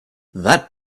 that